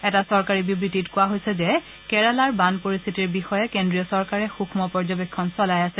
এটা চৰকাৰী বিবৃতিত কোৱা হৈছে যে কেৰালাৰ বান পৰিস্থিতিৰ বিষয়ে কেন্দ্ৰীয় চৰকাৰে সূক্ষ পৰ্যবেক্ষণ চলাই আছে